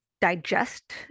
digest